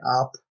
up